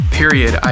period